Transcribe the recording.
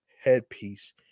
headpiece